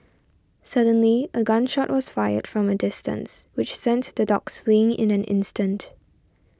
suddenly a gun shot was fired from a distance which sent the dogs fleeing in an instant